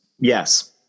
Yes